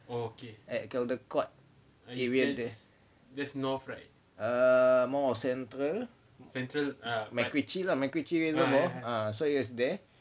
at caldecott area there err more of central macritchie lah macritchie reservoir ah so it's there